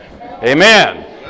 Amen